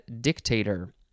dictator